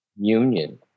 union